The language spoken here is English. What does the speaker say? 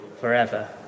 forever